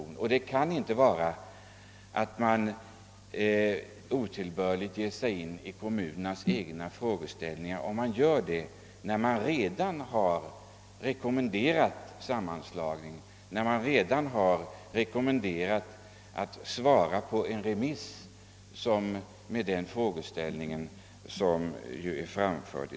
En sådan rekommendation kan inte innebära ett otillbörligt intrång i kommunernas egna angelägenheter, när man redan har rekommenderat sammanslagning samt infordrat svar på en remiss med denna frågeställning.